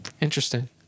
Interesting